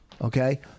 Okay